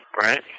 right